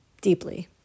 deeply